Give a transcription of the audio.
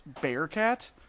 Bearcat